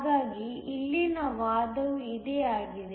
ಹಾಗಾಗಿ ಇಲ್ಲಿನ ವಾದವೂ ಇದೇ ಆಗಿದೆ